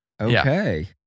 Okay